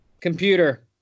Computer